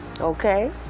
okay